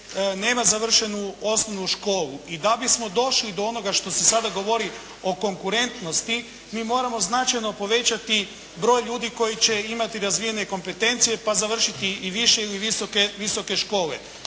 nema završenu osnovnu školu. I da bismo došli do onoga što se sada govori o konkurentnosti mi moramo značajno povećati broj ljudi koji će imati razvijene kompetencije pa završiti i više ili visoke škole.